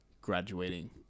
graduating